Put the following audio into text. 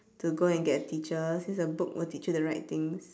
to go and get a teacher since a book will teach you the right things